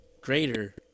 greater